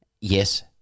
Yes